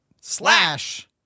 slash